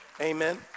Amen